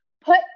put